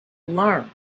learn